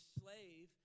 slave